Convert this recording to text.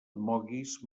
moguis